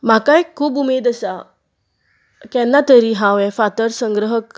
म्हाकाय खूब उमेद आसा केन्ना तरी हांवें फातर संग्रह